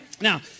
Now